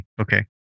Okay